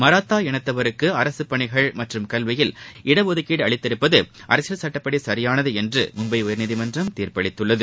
மராத்தா இனத்தவருக்கு அரசு பணிகள் மற்றும் கல்வியில் இடஒதுக்கீடு அளித்துள்ளது அரசியல் சுட்டப்படி சரியானது என்று மும்பை உயர்நீதிமன்றம் தீர்ப்பளித்துள்ளது